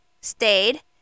stayed